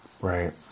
Right